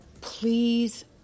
please